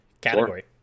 category